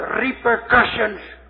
repercussions